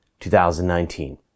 2019